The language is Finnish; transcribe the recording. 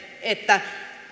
että